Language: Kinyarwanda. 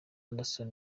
anderson